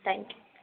thank you